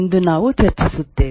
ಎಂದು ನಾವು ಚರ್ಚಿಸುತ್ತೇವೆ